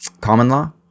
common-law